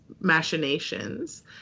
machinations